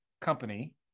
company